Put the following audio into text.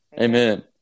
Amen